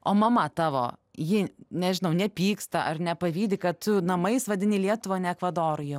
o mama tavo ji nežinau nepyksta ar nepavydi kad tu namais vadini lietuvą ne ekvadorą jau